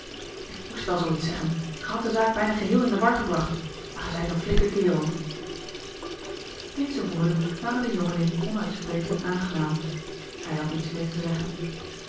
ik moest wel zoo iets zeggen ge hadt de zaak bijna geheel in den war gebragt maar ge zijt een flinke kerel deze woorden waren den jongeling onuitsprekelijk aangenaam hij had niets meer te zeggen